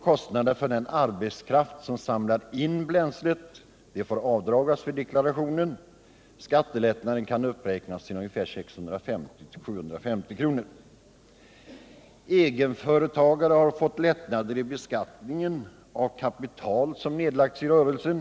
kostnaden för den arbetskraft som samlat in bränslet avdragas vid deklarationen. Skattelättnaden kan uppräknas till ungefär 650-750 kr. Egenföretagare har fått lättnader i beskattningen av kapital som nedlagts i rörelsen.